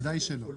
ודאי שלא.